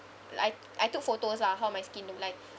I I took photos ah how my skin looked like